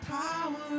power